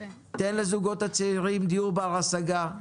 תן לזוגות הצעירים דיור בר-השגה.